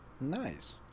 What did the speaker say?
Nice